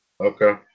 Okay